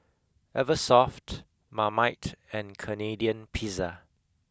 Eversoft Marmite and Canadian Pizza